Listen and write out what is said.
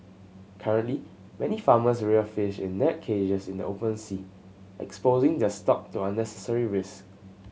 currently many farmers rear fish in net cages in the open sea exposing their stock to unnecessary risk